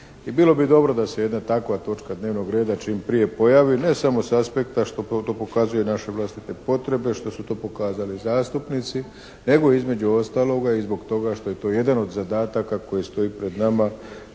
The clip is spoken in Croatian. bilo bi dobro da se jedna takva točka dnevnog reda čim prije pojavi, ne samo sa aspekta što to pokazuju naše vlastite potrebe, što su to pokazali zastupnici nego između ostaloga i zbog toga što je to jedan od zadataka koji stoji pred nama